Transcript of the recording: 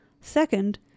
Second